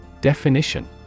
Definition